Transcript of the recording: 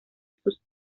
sus